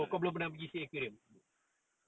belum